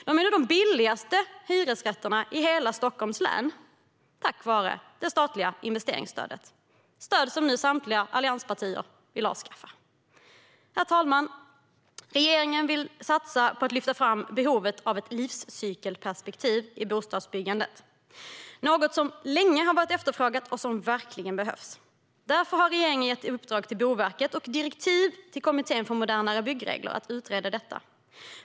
De är nog de billigaste hyresrätterna i hela Stockholms län, tack vare det statliga investeringsstödet som samtliga allianspartier nu vill avskaffa. Herr talman! Regeringen vill satsa på att lyfta fram behovet av ett livscykelperspektiv i bostadsbyggandet. Det är något som länge har varit efterfrågat och som verkligen behövs. Därför har regeringen gett Boverket i uppdrag och direktiv till Kommittén för modernare byggregler att utreda detta.